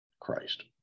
Christ